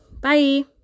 Bye